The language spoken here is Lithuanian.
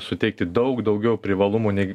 suteikti daug daugiau privalumų nei